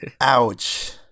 Ouch